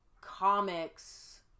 comics